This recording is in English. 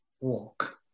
walk